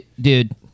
Dude